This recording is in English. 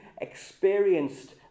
experienced